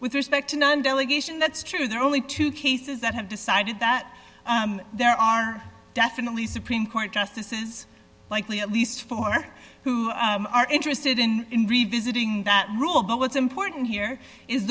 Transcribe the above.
with respect to none delegation that's true there are only two cases that have decided that there are definitely supreme court justices likely at least four who are interested in revisiting that rule but what's important here is